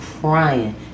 crying